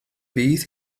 fydd